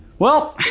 well,